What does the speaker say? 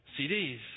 CDs